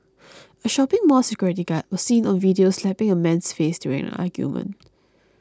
a shopping mall security guard was seen on video slapping a man's face during an argument